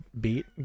beat